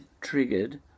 triggered